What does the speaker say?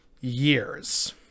years